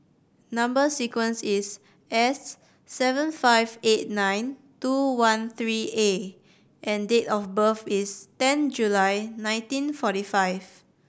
number sequence is S seven five eight nine two one three A and date of birth is ten July nineteen forty five